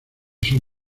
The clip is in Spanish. sus